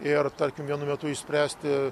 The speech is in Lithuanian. ir tarkim vienu metu išspręsti